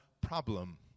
problem